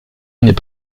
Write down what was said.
n’est